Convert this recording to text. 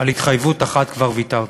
על התחייבות אחת כבר ויתרת,